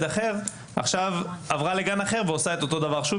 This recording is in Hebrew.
אחר עכשיו עברה לגן אחר ועושה אותו דבר שוב,